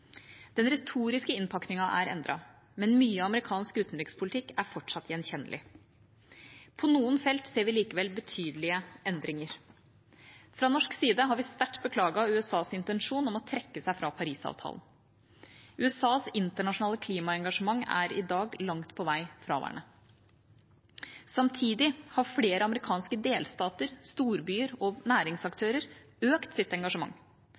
Den retoriske innpakningen er endret, men mye amerikansk utenrikspolitikk er fortsatt gjenkjennelig. På noen felt ser vi likevel betydelige endringer. Fra norsk side har vi sterkt beklaget USAs intensjon om å trekke seg fra Parisavtalen. USAs internasjonale klimaengasjement er i dag langt på vei fraværende. Samtidig har flere amerikanske delstater, storbyer og næringsaktører økt sitt engasjement.